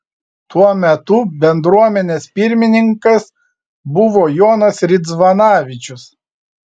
tuo metu bendruomenės pirmininkas buvo jonas ridzvanavičius